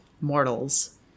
mortals